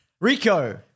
Rico